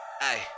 Ay